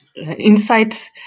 insights